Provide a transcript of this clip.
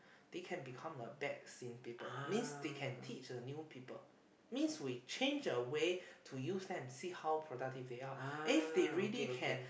they can become the back scene people means they can teach the new people means we change a way to use them see how productive they are if they really can